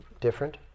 different